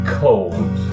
cold